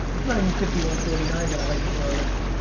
it's not even fifty one forty nine that i like to throw around.